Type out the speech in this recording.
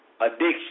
addiction